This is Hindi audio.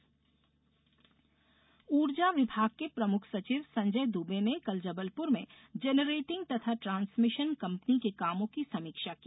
बिजली समीक्षा ऊर्जा विभाग के प्रमुख सचिव संजय दुबे ने कल जबलपुर में जनरेटिंग तथा ट्रांसमिशन कम्पनी के कामों की समीक्षा की